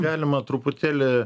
galima truputėlį